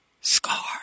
scar